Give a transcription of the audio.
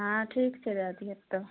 हँ ठीक छै दए दिहथि तऽ